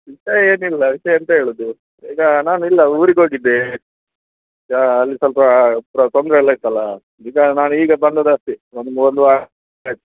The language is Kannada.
ವಿಷಯ ಏನಿಲ್ಲ ವಿಷಯ ಎಂತ ಹೇಳುದು ಈಗ ನಾನಿಲ್ಲ ಊರಿಗೆ ಹೋಗಿದ್ದೆ ಈಗ ಅಲ್ಲಿ ಸ್ವಲ್ಪ ತೊಂದರೆ ಎಲ್ಲ ಇತ್ತಲ್ಲ ನಿಜ ನಾನು ಈಗ ಬಂದದ್ದು ಅಷ್ಟೆ ಬಂದು ಒಂದು ವಾರ ಆಯ್ತು